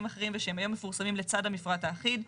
אחרים שהיו מפורסמים לצד המפרט האחיד.